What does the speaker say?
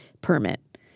permit